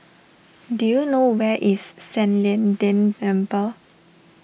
do you know where is San Lian Deng Temple